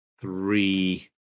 three